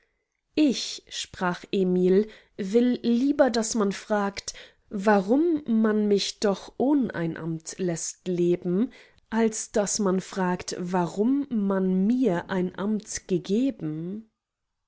ich sprach emil will lieber daß man fragt warum man mich doch ohn ein amt läßt leben als daß man fragt warum man mir ein amt gegeben